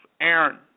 Aaron